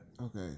Okay